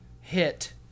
hit